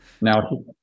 Now